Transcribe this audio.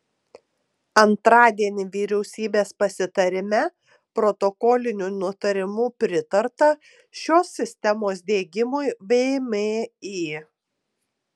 antradienį vyriausybės pasitarime protokoliniu nutarimu pritarta šios sistemos diegimui vmi